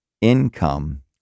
income